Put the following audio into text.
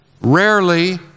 rarely